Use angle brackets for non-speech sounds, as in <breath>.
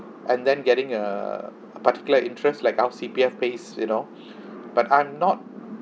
and then getting a particular interests like how C_P_F pays you know <breath> but I'm not